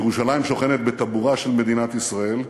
ירושלים שוכנת בטבורה של מדינת ישראל,